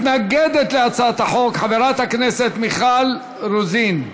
מתנגדת להצעת החוק חברת הכנסת מיכל רוזין.